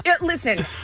Listen